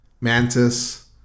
Mantis